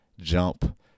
jump